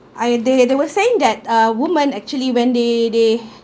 I they they were saying that uh woman actually when they they